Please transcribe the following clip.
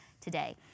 today